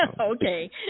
Okay